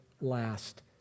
last